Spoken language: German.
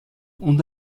und